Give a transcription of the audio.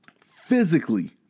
physically